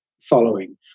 following